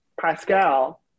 pascal